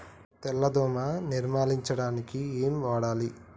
తెల్ల దోమ నిర్ములించడానికి ఏం వాడాలి?